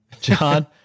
John